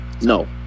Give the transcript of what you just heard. No